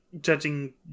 judging